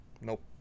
Nope